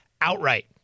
outright